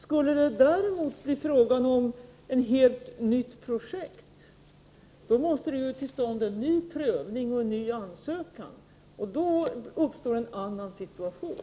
Skulle det däremot bli fråga om ett helt nytt projekt, måste en ny prövning och en ny ansökan komma till stånd och då uppstår en helt annan situation.